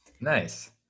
Nice